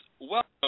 welcome